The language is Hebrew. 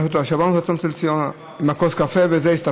שברנו את הצום אצל ציונה עם כוס קפה והסתפקנו.